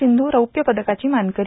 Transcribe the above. सिंधू रौप्य पदकाची मानकरी